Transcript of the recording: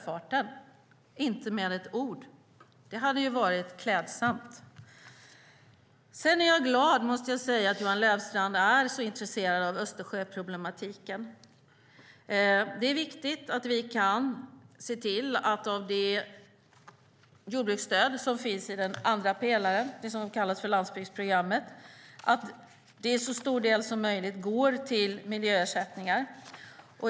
Det berörs inte med ett ord, men det hade varit klädsamt. Sedan är jag glad över att Johan Löfstrand är så intresserad av Östersjöproblematiken. Det är viktigt att vi kan se till att de jordbruksstöd som finns i andra pelaren - landsbygdsprogrammet - till så stor del som möjligt går till miljöersättningar.